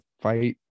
fight